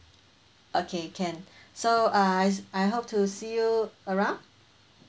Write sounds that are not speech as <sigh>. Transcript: okay can <breath> so uh I hope to see you around